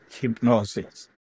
hypnosis